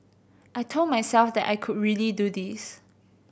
I told myself that I could really do this